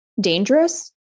Dangerous